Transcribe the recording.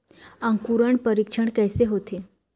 अंकुरण परीक्षण कैसे होथे?